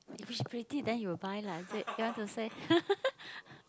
if she pretty then you will buy lah they you want to say